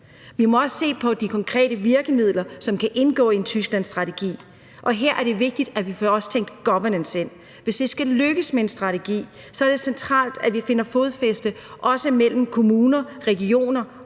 Vi må også se på de konkrete virkemidler, som kan indgå i en Tysklandsstrategi, og her er det vigtigt, at vi også får tænkt governance ind. Hvis det skal lykkes med en strategi, er det centralt, at vi finder fodfæste, også mellem kommuner, regioner